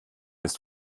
ist